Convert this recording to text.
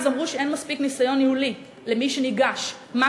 אמרו שלמי שניגש אין מספיק ניסיון ניהולי.